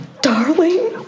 Darling